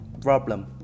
problem